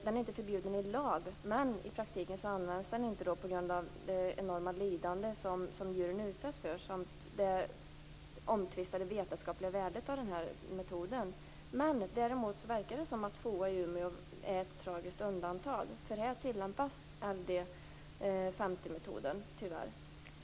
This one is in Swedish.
Den är inte förbjuden i lag, men i praktiken används den inte på grund av det enorma lidande som djuren utsätts för och det omtvistade vetenskapliga värdet med metoden. Men det verkar som om FOA i Umeå är ett tragiskt undantag. Där tillämpas tyvärr LD 50-metoden.